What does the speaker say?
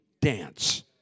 dance